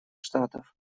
штатов